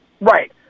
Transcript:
Right